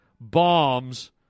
bombs